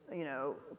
you know,